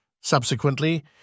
Subsequently